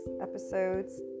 Episodes